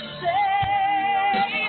say